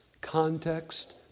context